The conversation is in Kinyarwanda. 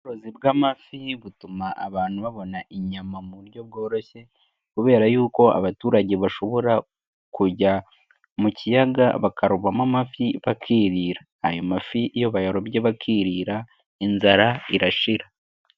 Ubworozi bw'amafi butuma abantu babona inyama mu buryo bworoshye, kubera yuko abaturage bashobora kujya mu kiyaga bakarobamo amafi bakirira, ayo mafi iyo bayarobye bakirira inzara irashira.